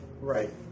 Right